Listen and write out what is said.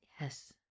Yes